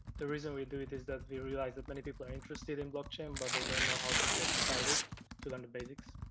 the reason we do it is that we realized that many people are interested in blockchain but they don't know how to get started to learn the basics,